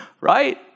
right